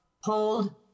hold